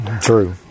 True